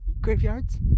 graveyards